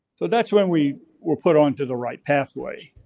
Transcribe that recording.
so that's when we were put on to the right pathway,